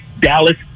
Dallas